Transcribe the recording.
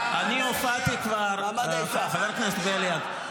--- חבר הכנסת בליאק,